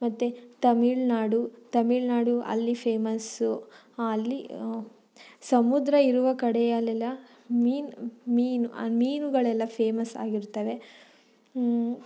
ಮತ್ತು ತಮಿಳ್ನಾಡು ತಮಿಳ್ನಾಡು ಅಲ್ಲಿ ಫೇಮಸ್ಸು ಅಲ್ಲಿ ಸಮುದ್ರ ಇರುವ ಕಡೆಯಲ್ಲೆಲ್ಲ ಮೀನು ಮೀನು ಆ ಮೀನುಗಳೆಲ್ಲ ಫೇಮಸ್ಸಾಗಿರ್ತವೆ